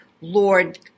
Lord